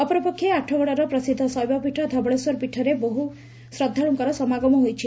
ଅପରପକ୍ଷେ ଆଠଗଡ଼ର ପ୍ରସିଦ୍ଧ ଶୈବପୀଠ ଧବଳେଶ୍ୱରପୀଠରେ ମଧ୍ଧ ବହୁ ଶ୍ରଦ୍ଧାଳୁଙ୍କର ସମାଗମ ହୋଇଛି